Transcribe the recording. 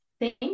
Thank